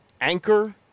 anchor